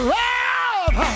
love